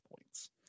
points